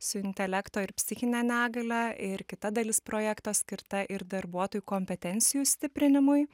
su intelekto ir psichine negalia ir kita dalis projekto skirta ir darbuotojų kompetencijų stiprinimui